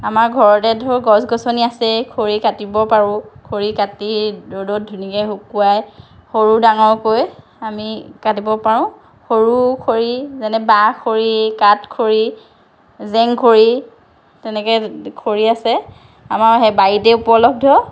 আমাৰ ঘৰতেই ধৰক গছ গছনি আছেই খৰি কাটিব পাৰোঁ খৰি কাটি ৰ'দত ধুনীয়াকৈ শুকুৱাই সৰু ডাঙৰকৈ আমি কাটিব পাৰোঁ সৰু খৰি যেনে বাঁহ খৰি কাঠ খৰি জেং খৰি তেনেকৈ খৰি আছে আমাৰ সেই বাৰীতেই উপলদ্ধ